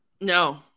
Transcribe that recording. No